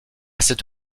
cette